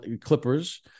Clippers